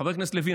חבר הכנסת לוין,